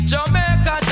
Jamaica